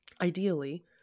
ideally